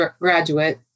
graduate